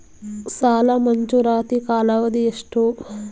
ಸಾಲ ಮಂಜೂರಾತಿ ಕಾಲಾವಧಿ ಎಷ್ಟು?